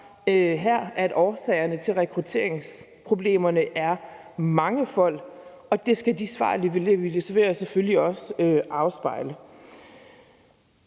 her, og at årsagerne til rekrutteringsproblemerne er mangefold, og det skal de svar, vi leverer, selvfølgelig også afspejle.